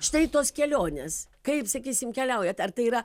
štai tos kelionės kaip sakysim keliaujat ar tai yra